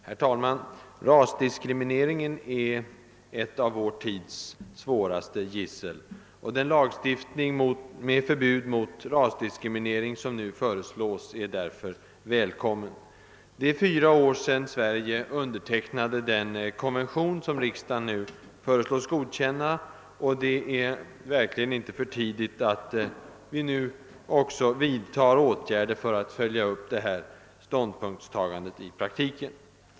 Herr talman! Rasdiskrimineringen är ett av vår tids svåraste gissel. Den lagstiftning med förbud mot rasdiskriminering som nu föreslås är därför välkommen. Det är fyra år sedan Sverige undertecknade den konvention som riksdagen nu föreslås godkänna, och det är verkligen inte för tidigt att vi nu också vidtar åtgärder för att följa upp detta ståndpunktstagande i praktiken.